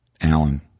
Alan